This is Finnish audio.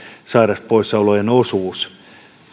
sairauspoissaolojen osuus